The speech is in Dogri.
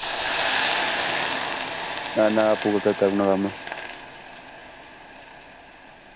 ना ना आपूं कम्म